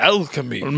Alchemy